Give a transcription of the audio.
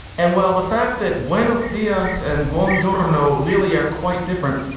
and well, the fact that one of the us and bongiorno really are quite different,